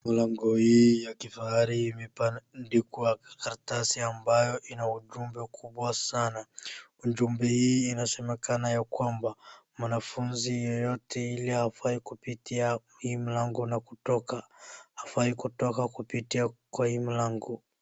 Mlango hii ya kifahari imebandikwa karatasi ambayo ujumbe kubwa sana. Ujumbe hii inasemekana ya kwamba mwanafunzi yoyote ili hafai kupitia hii mlango na kutoka, hafai kutoka kupitia kwa hii mlango.